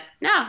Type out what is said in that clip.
no